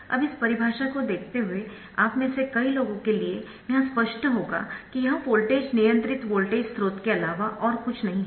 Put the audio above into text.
अब इस परिभाषा को देखते हुए आप में से कई लोगों के लिए यह स्पष्ट होगा कि यह वोल्टेज नियंत्रित वोल्टेज स्रोत के अलावा और कुछ नहीं है